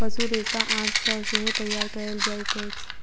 पशु रेशा आंत सॅ सेहो तैयार कयल जाइत अछि